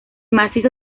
macizo